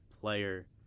Player